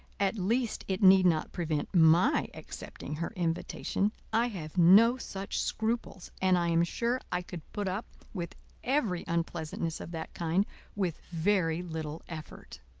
at least it need not prevent my accepting her invitation. i have no such scruples, and i am sure i could put up with every unpleasantness of that kind with very little effort.